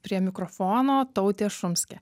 prie mikrofono tautė šumskė